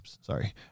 sorry